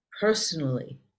personally